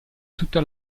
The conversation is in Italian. tutta